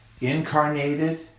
incarnated